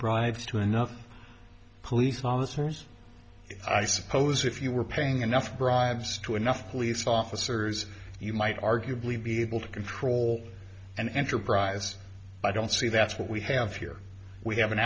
bribes to another police officers i suppose if you were paying enough bribes to enough police officers you might arguably be able to control an enterprise i don't see that's what we have here we have an